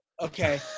Okay